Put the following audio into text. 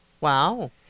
Wow